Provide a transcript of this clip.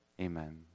Amen